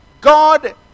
God